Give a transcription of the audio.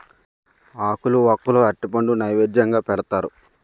ఆకులు వక్కలు అరటిపండు నైవేద్యంగా పెడతారు